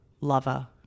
lover